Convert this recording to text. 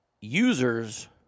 users